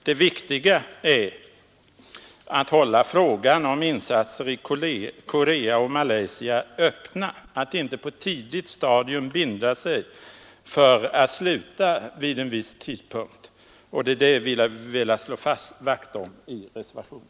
Det viktiga är här att hålla frågan om insatser i Korea och Malaysia öppen, att inte på ett tidigt stadium binda sig för att sluta vid en viss tidpunkt, och det är det vi har velat slå vakt om i reservationen.